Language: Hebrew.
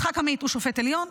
יצחק עמית, שופט עליון.